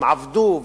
הם עבדו,